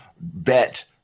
bet